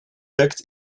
tucked